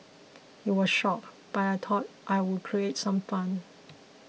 he was shocked but I thought I'd create some fun